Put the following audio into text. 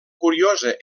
curiosa